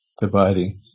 dividing